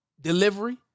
delivery